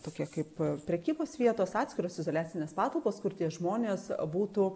tokie kaip prekybos vietos atskiros izoliacinės patalpos kur tie žmonės būtų